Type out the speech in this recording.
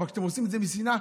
אבל כשאתם עושים את זה משנאה,